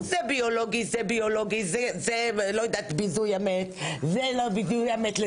זה ביולוגי, זה ביולוגי, זה לא יודעת, ביזוי המת.